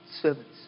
servants